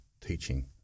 teaching